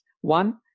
One